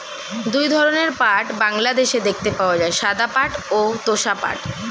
দুই ধরনের পাট বাংলাদেশে দেখতে পাওয়া যায়, সাদা পাট ও তোষা পাট